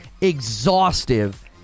exhaustive